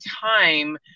time